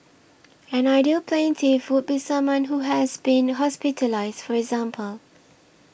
an ideal plaintiff would be someone who has been hospitalised for example